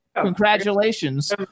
congratulations